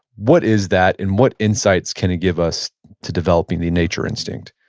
what is that and what insights can it give us to developing the nature instinct?